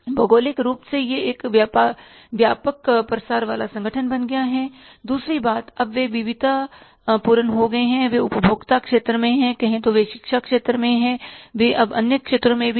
भौगोलिक रूप से यह एक व्यापक प्रसार वाला संगठन बन गया है और दूसरी बात अब वे विविधता पूर्ण हो गए हैं वे उपभोक्ता क्षेत्र में हैं कहें तो वे शिक्षा क्षेत्र में है वे अब अन्य क्षेत्रों में भी हैं